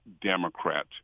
Democrat